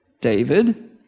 David